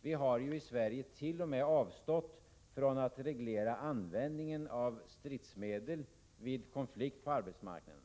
Vi har ju i Sveriget.o.m. avstått från att reglera användningen av stridsmedel vid konflikt på arbetsmarknaden.